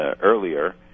earlier